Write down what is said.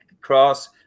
cross